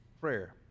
Prayer